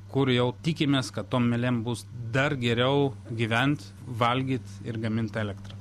kur jau tikimės kad tom mielėm bus dar geriau gyvent valgyt ir gamint elektrą